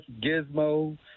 Gizmo